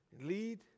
Lead